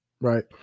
right